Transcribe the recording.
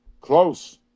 close